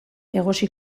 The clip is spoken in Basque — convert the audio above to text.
egosi